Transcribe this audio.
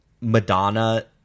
Madonna